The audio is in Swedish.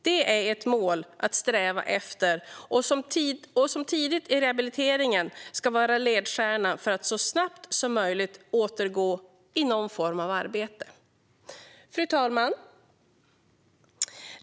Det är ett mål att sträva efter som tidigt i rehabiliteringen ska vara ledstjärnan - att så snabbt som möjligt återgå i någon form av arbete. Fru talman!